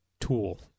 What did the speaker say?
tool